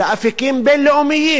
לאפיקים בין-לאומיים,